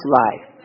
life